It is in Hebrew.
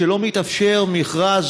כשלא מתאפשר מכרז,